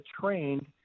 trained